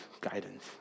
guidance